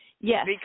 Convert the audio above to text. Yes